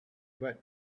but